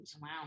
Wow